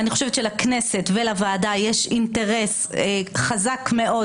אני חושבת שלכנסת ולוועדה יש אינטרס חזק מאוד